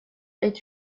est